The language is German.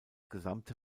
gesamte